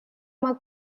uma